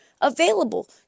available